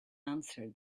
answer